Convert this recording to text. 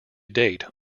date